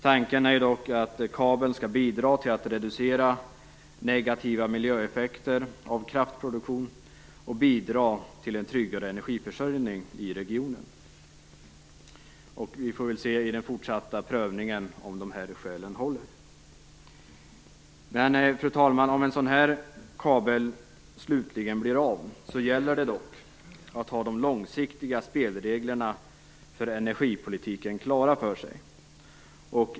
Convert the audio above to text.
Tanken är dock att kabeln skall bidra till att reducera negativa miljöeffekter av kraftproduktion och bidra till en tryggare energiförsörjning i regionen. Vi får se om dessa skäl håller i den fortsatta prövningen. Fru talman! Om en sådan kabel slutligen blir av gäller det att ha de långsiktiga spelreglerna för energipolitiken klara för sig.